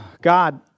God